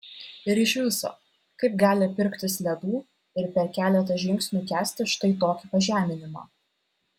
ir iš viso kaip gali pirktis ledų ir per keletą žingsnių kęsti štai tokį pažeminimą